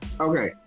Okay